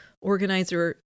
organizer